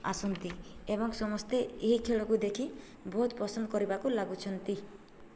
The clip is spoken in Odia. ଆସନ୍ତି ଏବଂ ସମସ୍ତେ ଏହି ଖେଳକୁ ଦେଖି ବହୁତ ପସନ୍ଦ କରିବାକୁ ଲାଗୁଛନ୍ତି